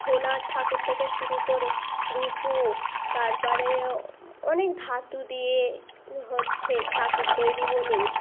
সোনার ঠাকুর থেকে শুরু করে রুপোও তারপরে অনেক ধাতু দিয়ে হচ্ছে ঠাকুর তৈরি বলুন